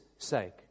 sake